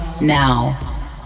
NOW